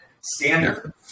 standard